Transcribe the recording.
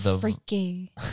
Freaky